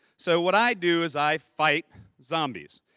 so what i do is, i fight zombies.